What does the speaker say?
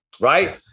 Right